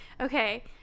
Okay